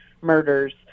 murders